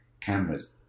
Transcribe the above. cameras